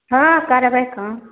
हँ करबै कम